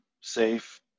safe